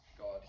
God